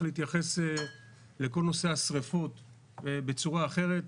להתייחס לכל נושא השריפות בצורה אחרת.